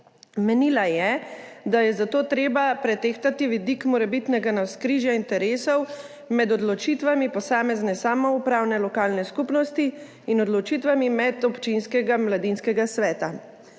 Menila je, da je zato treba pretehtati vidik morebitnega navzkrižja interesov med odločitvami posamezne samoupravne lokalne skupnosti in odločitvami medobčinskega mladinskega sveta.